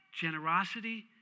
generosity